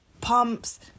pumps